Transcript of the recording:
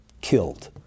killed